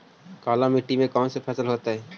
काला मिट्टी में कौन से फसल होतै?